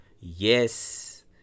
Yes